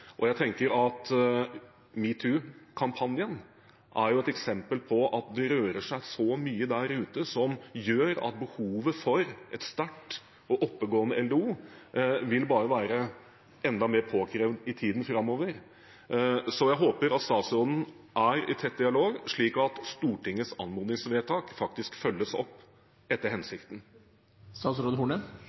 Og jeg tenker at #metoo-kampanjen er et eksempel på at det rører seg så mye der ute som gjør at behovet for et sterkt og oppegående LDO vil bare være enda mer påkrevd i tiden framover. Så jeg håper at statsråden er i tett dialog, slik at Stortingets anmodningsvedtak faktisk følges opp etter hensikten.